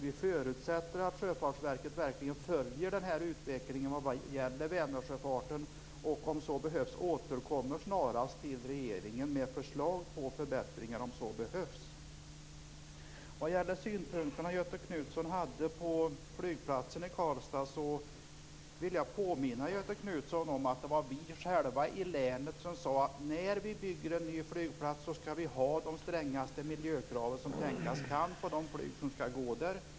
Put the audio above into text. Vi förutsätter att Sjöfartsverket verkligen följer utvecklingen av Vänernsjöfarten och snarast - om så behövs - återkommer till regeringen med förslag till förbättringar. När det gäller Göthe Knutsons synpunkter på flygplatsen i Karlstad vill jag påminna Göthe Knutson om att det var vi själva i länet som sade att vi, när vi bygger en ny flygplats, skall ha de strängaste miljökrav som tänkas kan.